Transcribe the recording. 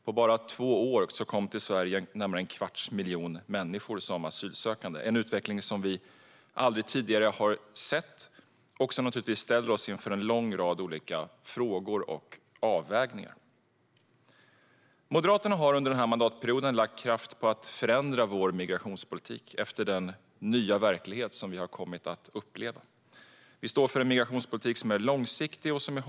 På bara två år kom en kvarts miljon människor till Sverige som asylsökande - en utveckling som vi aldrig tidigare har sett och som naturligtvis ställer oss inför en lång rad frågor och avvägningar. Moderaterna har under mandatperioden lagt kraft på att förändra vår migrationspolitik efter den nya verklighet vi kommit att uppleva. Vi står för en migrationspolitik som är långsiktig och hållbar.